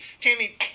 Tammy